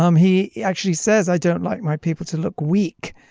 um he he actually says i don't like my people to look weak.